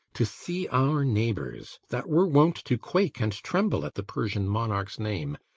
to see our neighbours, that were wont to quake and tremble at the persian monarch's name,